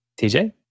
TJ